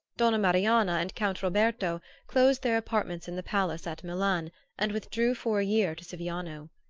donna marianna and count roberto closed their apartments in the palace at milan and withdrew for a year to siviano.